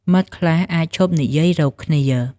មិត្តខ្លះអាចឈប់និយាយរកគ្នា។